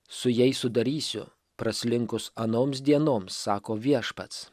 su jais sudarysiu praslinkus anoms dienoms sako viešpats